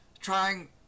trying